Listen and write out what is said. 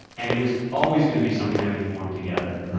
and it was always going to be something that we formed together.